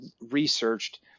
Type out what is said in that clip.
researched